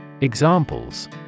Examples